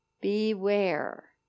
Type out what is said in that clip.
beware